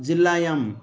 जिल्लायां